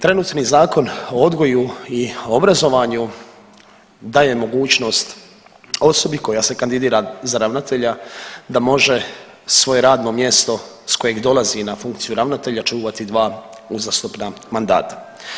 Trenutni Zakon o odgoju i obrazovanju daje mogućnost osobi koja se kandidira za ravnatelja da može svoje radno mjesto s kojeg dolazi na funkciju ravnatelja čuvati 2 uzastopna mandata.